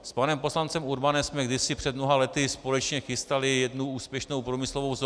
S panem poslancem Urbanem jsme kdysi před mnoha lety společně chystali jednu úspěšnou průmyslovou zónu.